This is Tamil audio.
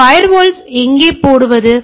ஃபயர்வாலை எங்கே போடுவது